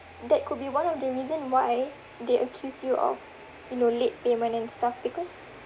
that could be one of the reason why they accuse you of you know late payment and stuff because